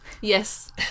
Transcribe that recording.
Yes